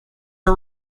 are